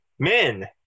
Men